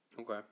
Okay